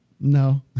No